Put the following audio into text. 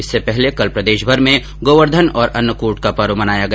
इससे पहले कल प्रदेशभर में गोवर्धन और अन्नकृट पर्व मनाया गया